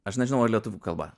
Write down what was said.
aš nežinau ar lietuvių kalba